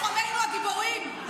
לוחמינו הגיבורים,